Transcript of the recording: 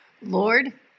Lord